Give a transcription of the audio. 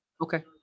Okay